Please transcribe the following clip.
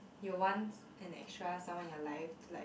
you want an extra someone in your life to like